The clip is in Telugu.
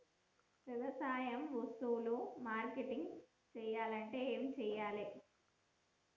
వ్యవసాయ వస్తువులు మార్కెటింగ్ చెయ్యాలంటే ఏం చెయ్యాలే?